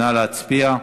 נא להצביע.